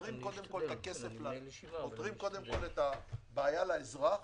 פותרים קודם כל את הבעיה לאזרח